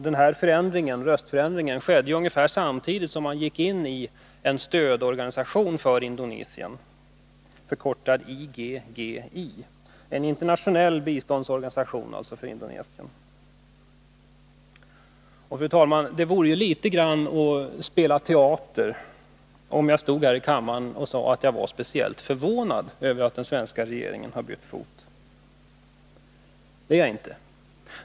Den här förändringen skedde ungefär samtidigt som man gick in i en internationell biståndsorganisation för Indonesien, IGGI. Det vore, fru talman, att spela teater om jag stod här i talarstolen och sade att jag var speciellt förvånad över att den svenska regeringen bytte fot. Det är jag inte.